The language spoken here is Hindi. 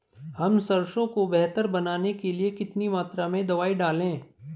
हम सरसों को बेहतर बनाने के लिए कितनी मात्रा में दवाई डालें?